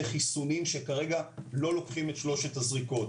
חיסונים שכרגע לא לוקחים את שלוש הזריקות.